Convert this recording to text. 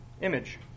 image